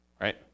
Right